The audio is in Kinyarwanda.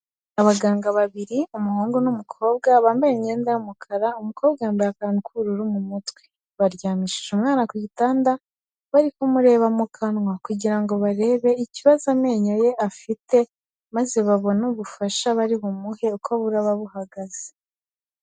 Abaganga babiri, umuhungu n'umukobwa bambaye imyenda y'umukara, umukobwa yambaye akantu k'ubururu mu mutwe. Baryamishije umwana ku gitanda, bari kumureba mu kanwa kugira ngo barebe ikibazo amenyo ye afite, maze babone ubufasha bari bumuhe uko buraba buhagaze.